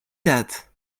that